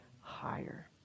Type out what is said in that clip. higher